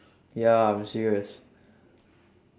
ya I'm serious